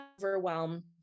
overwhelm